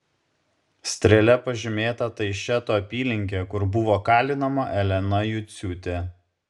strėle pažymėta taišeto apylinkė kur buvo kalinama elena juciūtė